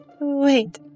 Wait